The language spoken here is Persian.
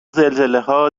زلزلهها